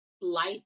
life